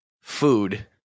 food